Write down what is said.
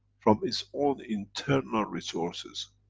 from its own internal resources.